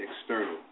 external